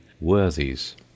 worthies